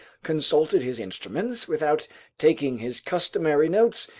consulted his instruments without taking his customary notes,